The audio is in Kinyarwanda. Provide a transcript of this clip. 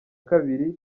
kabiri